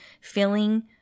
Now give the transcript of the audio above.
feeling